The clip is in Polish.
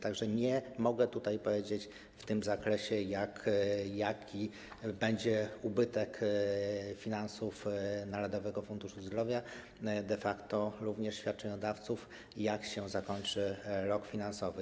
Tak że nie mogę powiedzieć w tym zakresie, jaki będzie ubytek finansów Narodowego Funduszu Zdrowia, a de facto również świadczeniodawców, jak się zakończy rok finansowy.